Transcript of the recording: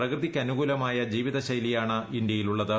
പ്രകൃതിക്കനുകൂലമായ ജീവിതശൈലിയാണ് ഇന്ത്യയിലുള്ളത്